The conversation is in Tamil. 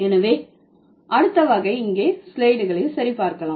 எனவே அடுத்த வகை இங்கே ஸ்லைடுகளை சரிபார்க்கவும்